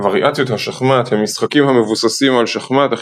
וריאציות השחמט הם משחקים המבוססים על שחמט אך